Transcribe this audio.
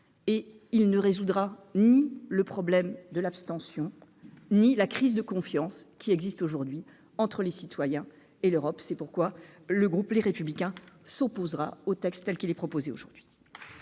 et ne résoudra finalement ni le problème de l'abstention ni la crise de confiance qui existe aujourd'hui entre les citoyens et l'Europe. C'est pourquoi le groupe Les Républicains s'opposera au texte tel qu'il est proposé aujourd'hui.